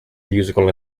musical